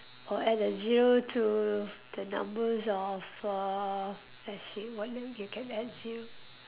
or add a zero to the numbers of uh let's see what you can add zero